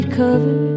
cover